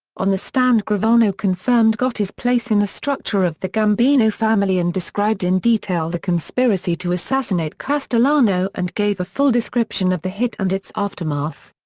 on the stand gravano confirmed gotti's place in the structure of the gambino family and described in detail the conspiracy to assassinate castellano and gave a full description of the hit and its aftermath.